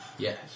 Yes